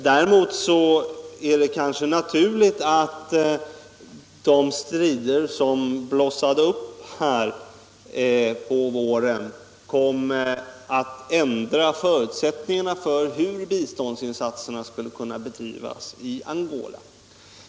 Däremot är det kanske naturligt att det strider som blossade upp på våren 1975 kommer att ändra förutsättningarna för hur biståndsinsatserna skall kunna bedrivas i Angola.